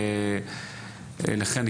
לכן,